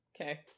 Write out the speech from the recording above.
Okay